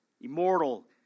immortal